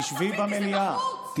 תשבי במליאה.